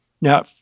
Now